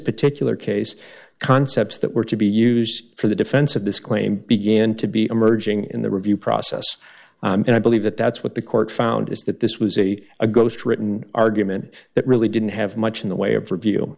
particular case concepts that were to be used for the defense of this claim began to be emerging in the review process and i believe that that's what the court found is that this was a a ghost written argument that really didn't have much in the way of review